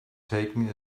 taken